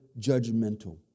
judgmental